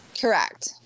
Correct